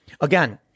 Again